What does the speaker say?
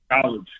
college